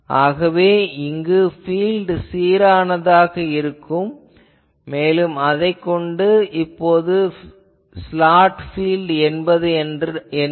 ஆகவே இங்கு பீல்ட் சீரானதாக இருக்கும் மேலும் அதைக் கொண்டு இப்போது ஸ்லாட் பீல்ட் என்பது என்ன